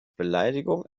beleidigung